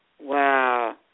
Wow